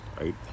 right